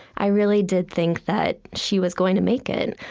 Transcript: i really did think that she was going to make it.